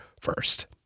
first